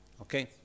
Okay